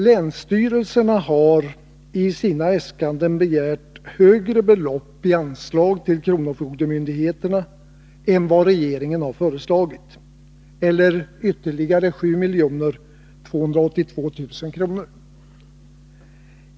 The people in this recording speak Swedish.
Länsstyrelserna har i sina äskanden begärt högre belopp i anslag till kronofogdemyndigheterna än vad regeringen föreslagit, närmare bestämt ytterligare 7 282 000 kr.